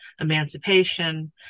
emancipation